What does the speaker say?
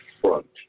front